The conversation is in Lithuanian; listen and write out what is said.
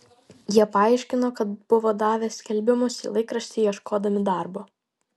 jie paaiškino kad buvo davę skelbimus į laikraštį ieškodami darbo